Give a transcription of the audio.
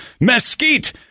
Mesquite